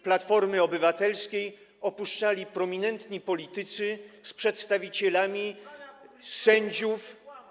Platformy Obywatelskiej opuszczali prominentni politycy z przedstawicielami sędziów.